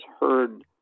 heard